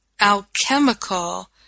alchemical